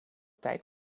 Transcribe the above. tijd